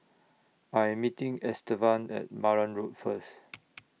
I Am meeting Estevan At Marang Road First